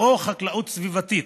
או חקלאות סביבתית,